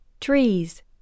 Trees